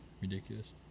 Ridiculous